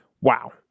wow